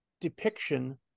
depiction